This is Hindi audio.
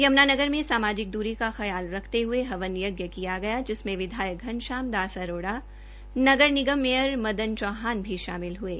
यमूनानगर में सामाजिक दूरी का ख्याल रखते हये हवन यज्ञ किया गया जिसमें विधायक घनश्याम दास अरोड़ा नगर निगम मेयर मदन चौहान भी शामिल हये